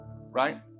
right